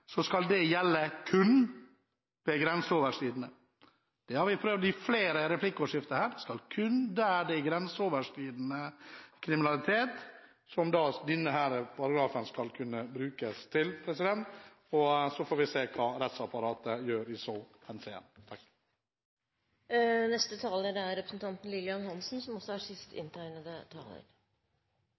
gjelde ved grenseoverskridende kriminalitet. Det har vi prøvd å si i flere replikkordskifter her. Kun der det er grenseoverskridende kriminalitet, skal denne paragrafen kunne brukes. Så får vi se hva rettsapparatet gjør i så